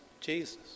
Jesus